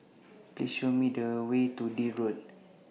Please Show Me The Way to Deal Road